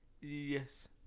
Yes